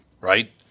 right